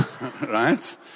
right